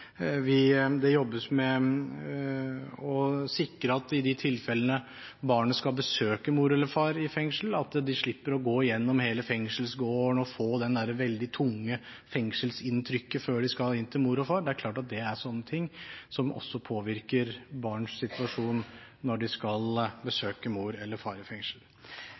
I de tilfellene barnet skal besøke mor eller far i fengsel, jobbes det med å sikre at barna slipper å gå gjennom hele fengselsgården og få det veldig tunge inntrykket av fengsel før man skal inn til mor eller far, for det er klart at dette er noe som også påvirker barns situasjon.